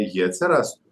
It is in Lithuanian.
ji atsirastų